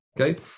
Okay